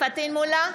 פטין מולא,